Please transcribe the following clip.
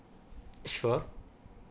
sure